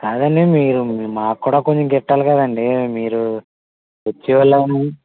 కాదండీ మీరు మాకు కూడా కొంచెం గిట్టాలి కదండీ మీరు